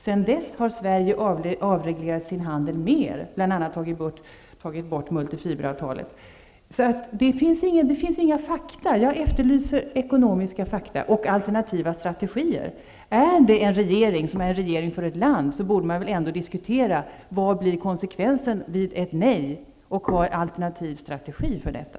Sedan dess har Sverige avreglerat sin handel mer, bl.a. har vi tagit bort multifiberavtalet. Det finns inga fakta. Jag efterlyser ekonomiska fakta och alternativa strategier. Är regeringen en regering för landet borde man väl ändå diskutera vad konsekvensen blir vid ett nej och ha en alternativ strategi för detta.